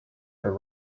for